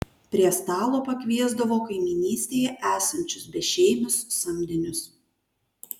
prie stalo pakviesdavo kaimynystėje esančius bešeimius samdinius